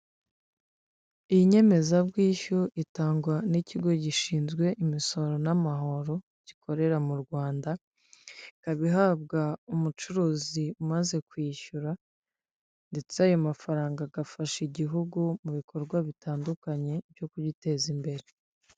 Iyi nyemezabwishyu itangwa n'ikigo gishinzwe imisoro n'amahoro gikorera mu Rwanda, ikaba ihabwa umucuruzi umaze kwishyura ndetse ayo mafaranga agafasha igihugu mu bikorwa bitandukanye byo kugiteza imbere.